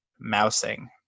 mousing